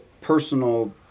personal